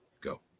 Go